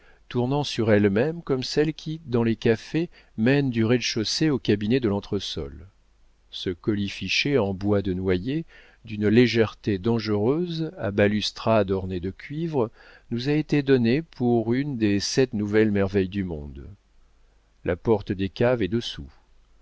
tournant sur elle-même comme celles qui dans les cafés mènent du rez-de-chaussée aux cabinets de l'entresol ce colifichet en bois de noyer d'une légèreté dangereuse à balustrade ornée de cuivre nous a été donné pour une des sept nouvelles merveilles du monde la porte des caves est